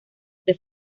the